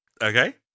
Okay